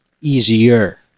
easier